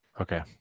Okay